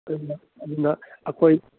ꯑꯗꯨꯅ ꯑꯩꯈꯣꯏ